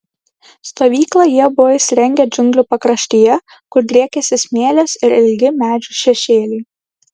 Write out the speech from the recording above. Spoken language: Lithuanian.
stovyklą jie buvo įsirengę džiunglių pakraštyje kur driekėsi smėlis ir ilgi medžių šešėliai